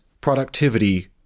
productivity